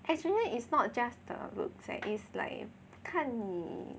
actually is not just the looks leh is like 看你